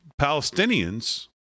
Palestinians